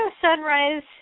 Sunrise